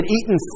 eaten